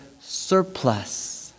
surplus